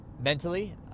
Mentally